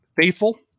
faithful